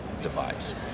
device